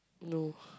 no